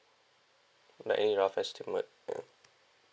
like any rough estimate ya